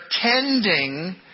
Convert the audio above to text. pretending